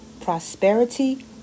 prosperity